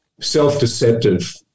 self-deceptive